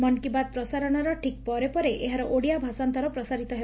ମନ୍ କି ବାତ୍ ପ୍ରସାରଣର ଠିକ୍ ପରେ ପରେ ଏହାର ଓଡ଼ିଆ ଭାଷାନ୍ତର ପ୍ରସାରିତ ହେବ